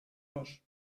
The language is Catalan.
los